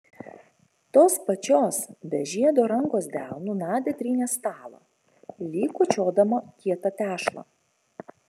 tos pačios be žiedo rankos delnu nadia trynė stalą lyg kočiodama kietą tešlą